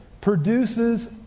produces